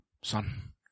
son